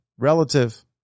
relative